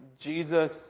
Jesus